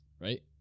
Right